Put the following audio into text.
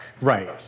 Right